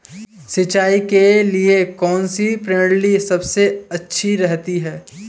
सिंचाई के लिए कौनसी प्रणाली सबसे अच्छी रहती है?